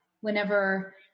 Whenever